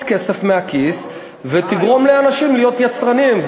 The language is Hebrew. כסף מהכיס ותגרום לאנשים להיות יצרניים.